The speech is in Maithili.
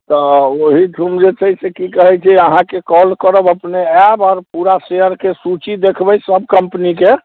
तऽ ओहिठम जे छै से कि कहै छै अहाँके कॉल करब अपने आयब आओर पूरा शेयरके सूची देखबै सभ कम्पनी के